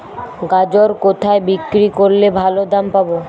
গাজর কোথায় বিক্রি করলে ভালো দাম পাব?